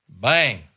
Bang